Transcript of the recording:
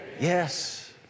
Yes